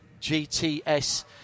GTS